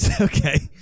okay